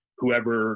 whoever